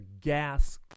gas